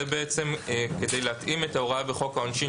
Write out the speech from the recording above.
זה בעצם כדי להתאים את ההוראה בחוק העונשין,